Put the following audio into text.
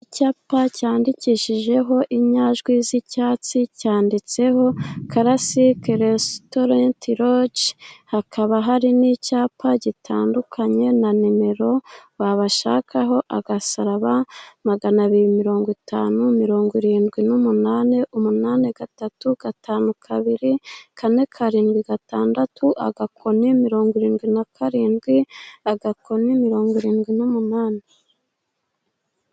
Icyapa cyandikishije ho inyajwi z'icyatsi cyanditseho; karasike resitorenti rogi hakaba hari n'icyapa gitandukanye na nimero babashakaho; agasaraba magana abiri mirongo itanu, mirongo irindwi n'umunani, umunani, gatatu, gatanu, kabiri, kane karindwi gatandatu agakono mirongo irindwi na karindwi agakono mirongo irindwi n'umunani.